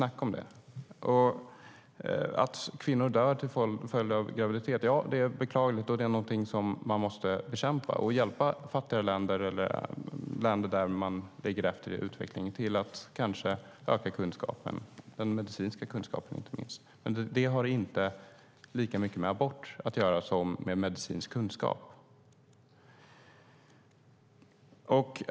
Att kvinnor dör till följd av graviditet är beklagligt, och det är något som man måste bekämpa, och man måste hjälpa länder som ligger efter i utvecklingen till att öka kunskapen och då inte minst den medicinska kunskapen. Men det har inte lika mycket med abort att göra som med medicinsk kunskap.